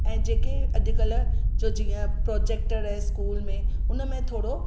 ऐं जे अॼुकल्ह जो जीअं प्रोजेक्टर स्कूल में उनमें थोरो